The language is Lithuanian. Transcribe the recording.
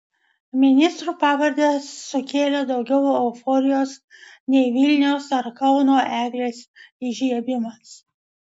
ministrų pavardės sukėlė daugiau euforijos nei vilniaus ar kauno eglės įžiebimas